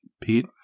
Pete